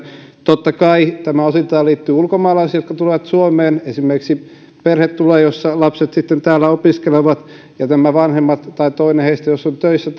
totta kai tämä osittain liittyy ulkomaalaisiin jotka tulevat suomeen esimerkiksi perhe jonka lapset sitten täällä opiskelevat ja jos vanhemmat tai toinen heistä on töissä